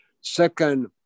Second